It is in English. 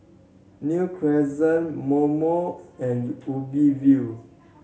New Crescent MoMo and Ubi View